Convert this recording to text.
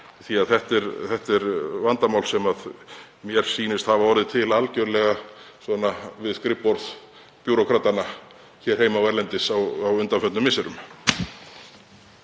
Þetta eru vandamál sem mér sýnist hafa orðið til algerlega við skrifborð bírókratanna hér heima og erlendis á undanförnum misserum.